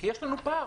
כי יש לנו פער.